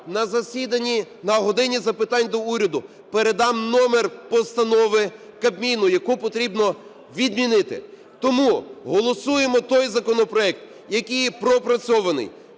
на "годині запитань до Уряду", передам номер постанови Кабміну, яку потрібно відмінити. Тому голосуємо той законопроект, який є пропрацьований.